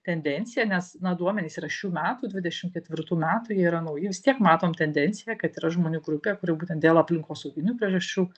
tendenciją nes na duomenys yra šių metų dvidešimt ketvirtų metų jie yra nauji vis tiek matom tendenciją kad yra žmonių grupė kuri būtent dėl aplinkosauginių priežasčių